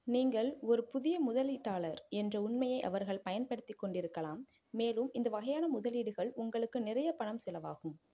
நீங்கள் ஒரு புதிய முதலீட்டாளர் என்ற உண்மையை அவர்கள் பயன்படுத்திக் கொண்டிருக்கலாம் மேலும் இந்த வகையான முதலீடுகள் உங்களுக்கு நிறைய பணம் செலவாகும்